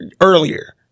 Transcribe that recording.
earlier